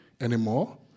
anymore